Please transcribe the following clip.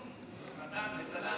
מה קרה לך?